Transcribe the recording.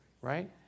Right